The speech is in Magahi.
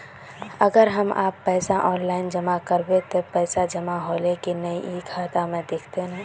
अगर हम अपन पैसा ऑफलाइन जमा करबे ते पैसा जमा होले की नय इ ते खाता में दिखते ने?